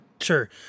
Sure